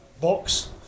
box